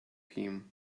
him